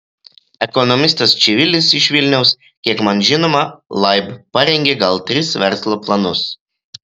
ekonomistas čivilis iš vilniaus kiek man žinoma laib parengė gal tris verslo planus